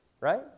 right